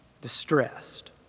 distressed